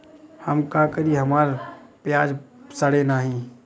हम का करी हमार प्याज सड़ें नाही?